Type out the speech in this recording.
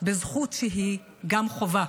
בזכות שהיא גם חובה.